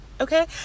okay